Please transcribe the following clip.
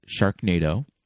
Sharknado